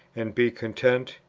and be content?